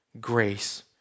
grace